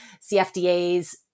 CFDAs